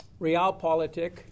realpolitik